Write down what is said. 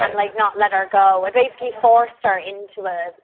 um like not let her go. i basically forced her into a